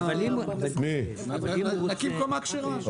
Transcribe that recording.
נקים קומה כשרה.